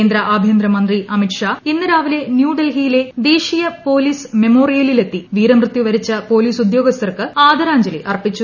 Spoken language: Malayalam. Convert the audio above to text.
കേന്ദ്ര ആഭ്യന്തര മന്ത്രി അമിര് ഷാ ഇന്ന് രാവിലെ ന്യൂഡൽഹിയിലെ ദേശീയ പോലീസ് ആമ്മോറിയലിലെത്തി വീരമൃത്യു വരിച്ച പോലീസുദ്യോഗസ്ഥർക്ക് ആദരാഞ്ജലി അർപ്പിച്ചു